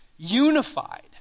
unified